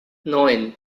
neun